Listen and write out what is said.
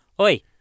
Oi